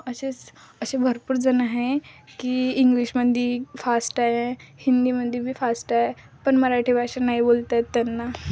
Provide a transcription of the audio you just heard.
असेच असे भरपूर जणं आहे की इंग्लिशमध्ये फास्ट आहे हिंदीमध्ये बी फास्ट आहे पण मराठी भाषा नाही बोलता येत त्यांना